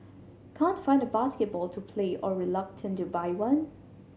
can't find a basketball to play or reluctant to buy one